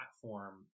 platform